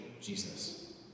Jesus